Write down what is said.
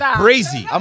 crazy